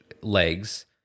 legs